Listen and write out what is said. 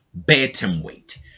bantamweight